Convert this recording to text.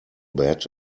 bat